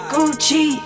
Gucci